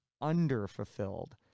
under-fulfilled